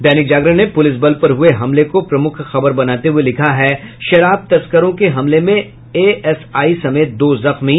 दैनिक जागरण ने पुलिस बल पर हुये हमले को प्रमुख खबर बनाते हुये लिखा है शराब तस्करों के हमले में एएसआई समेत दो जख्मी